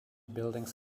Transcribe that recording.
buildings